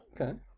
okay